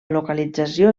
localització